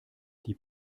die